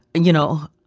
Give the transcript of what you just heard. you know,